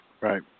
Right